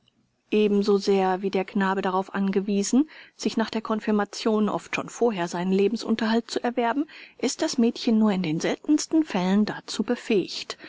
ebenso sehr wie der knabe darauf angewiesen sich nach der konfirmation oft schon vorher seinen lebensunterhalt zu erwerben ist das mädchen nur in den seltensten fällen dazu befähigt